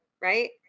right